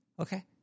Okay